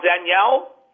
Danielle